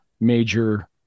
major